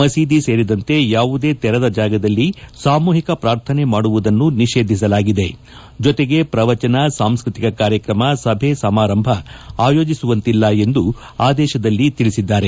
ಮಸೀದಿ ಸೇರಿದಂತೆ ಯಾವುದೇ ತೆರದ ಜಾಗದಲ್ಲಿ ಸಾಮೂಹಿಕ ಪ್ರಾರ್ಥನೆ ಮಾಡುವುದನ್ನು ನಿಷೇಧಿಸಲಾಗಿದೆ ಜೊತೆಗೆ ಪ್ರವಚನ ಸಾಂಸ್ಟತಿಕ ಕಾರ್ಯಕ್ರಮ ಸಭೆ ಸಮಾರಂಭ ಆಯೋಜಿಸುವಂತಿಲ್ಲ ಎಂದು ಆದೇಶದಲ್ಲಿ ತಿಳಿಸಿದ್ದಾರೆ